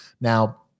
Now